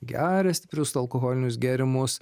geria stiprius alkoholinius gėrimus